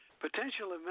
Potential